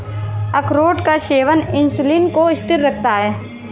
अखरोट का सेवन इंसुलिन को स्थिर रखता है